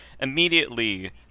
immediately